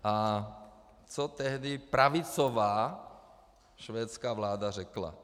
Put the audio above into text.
A co tehdy pravicová švédská vláda řekla?